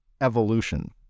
evolution